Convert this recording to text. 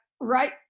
right